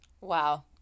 Wow